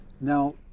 Now